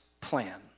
plan